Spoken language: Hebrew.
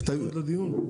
קשור לדיון?